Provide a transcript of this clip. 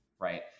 right